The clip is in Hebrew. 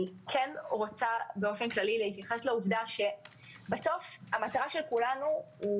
אני רוצה להתייחס לעובדה שבסוף המטרה של כולנו היא